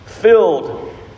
filled